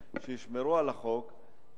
שישמרו על החוק,